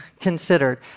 considered